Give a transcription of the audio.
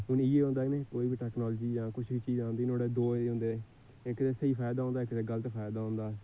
हून इ'यै होंदा कि कोई बी टैकनालिजी जां कुछ बी चीज आंदी नुआढ़े दो एह् होंदे इक ते स्हेई फायदा होंदा इक ते गल्त फायदा होंदा